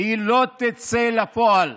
לא תצא לפועל.